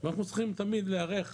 ואנחנו צריכים תמיד להיערך